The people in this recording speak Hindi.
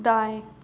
दाएँ